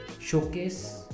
showcase